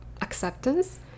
acceptance